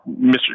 Mr